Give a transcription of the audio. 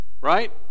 Right